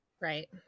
Right